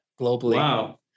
globally